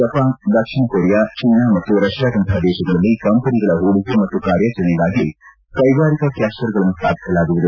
Japan ದಕ್ಷಿಣ Korea China ಮತ್ತು ರಷ್ಟಾದಂತಹ ದೇಶಗಳಲ್ಲಿ ಕಂಪನಿಗಳ ಹೂಡಿಕೆ ಮತ್ತು ಕಾರ್ಯಾಚರಣೆಗಾಗಿ ಕೈಗಾರಿಕಾ ಕ್ಲಸ್ಟರ್ಗಳನ್ನು ಸ್ಥಾಪಿಸಲಾಗುವುದು